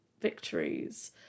victories